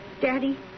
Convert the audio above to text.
Daddy